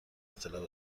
اطلاع